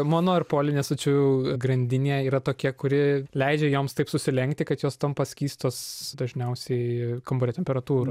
mono ir polinesočiųjų grandinė yra tokia kuri leidžia joms taip susilenkti kad jos tampa skystos dažniausiai kambario temperatūroj